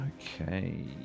okay